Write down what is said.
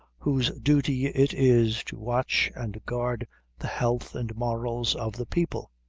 whose duty it is to watch and guard the health and morals of the people.